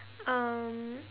um